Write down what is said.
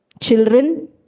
Children